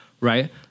Right